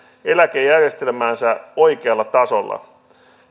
eläkejärjestelmäänsä oikealla tasolla